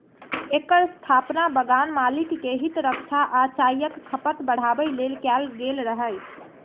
एकर स्थापना बगान मालिक के हित रक्षा आ चायक खपत बढ़ाबै लेल कैल गेल रहै